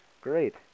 Great